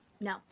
No